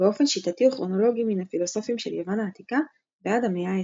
באופן שיטתי וכרונולוגי מן הפילוסופים של יוון העתיקה ועד המאה ה-20.